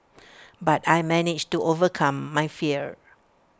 but I managed to overcome my fear